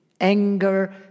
anger